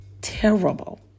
terrible